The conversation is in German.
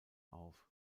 auf